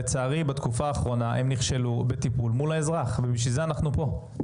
לצערי בתקופה האחרונה הם נכשלו בטיפול מול האזרח ובשביל זה אנחנו פה.